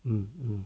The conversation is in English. um um